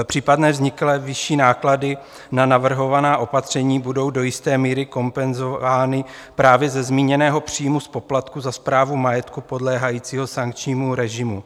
Případné vzniklé vyšší náklady na navrhovaná opatření budou do jisté míry kompenzovány právě ze zmíněného příjmu z poplatků za správu majetku podléhajícího sankčnímu režimu.